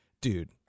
Dude